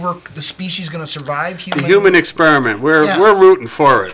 over the species going to survive human experiment where we're rooting for